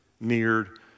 neared